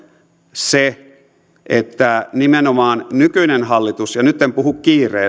se että nimenomaan nykyinen hallitus ja nyt en puhu